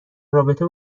رابطه